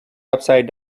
upside